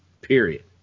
period